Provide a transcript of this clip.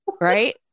Right